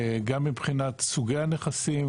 גם מבחינת סוגי הנכסים,